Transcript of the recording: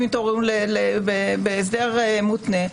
אם יתעוררו בהסדר מותנה,